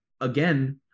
again